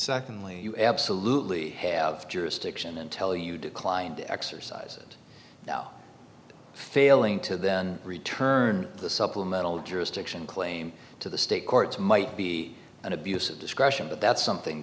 secondly you absolutely have jurisdiction and tell you declined to exercise it now failing to then return the supplemental jurisdiction claim to the state courts might be an abuse of discretion but that's something